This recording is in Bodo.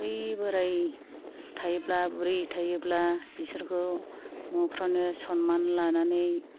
बै बोराय थायोब्ला बुरि थायोब्ला बिसोरखौ न'फ्रावनो सनमान लानानै